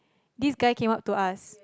this guy came up to us